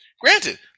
Granted